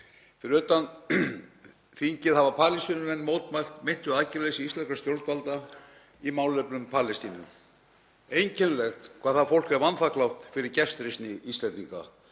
Fyrir utan þingið hafa Palestínumenn mótmælt meintu aðgerðaleysi íslenskra stjórnvalda í málefnum Palestínu. Einkennilegt hvað það fólk er vanþakklátt fyrir gestrisni Íslendinga.